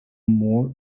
more